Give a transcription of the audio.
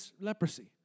leprosy